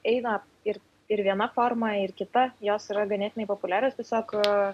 eina ir ir viena forma ir kita jos yra ganėtinai populiarios tiesiog